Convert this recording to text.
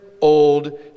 old